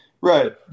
Right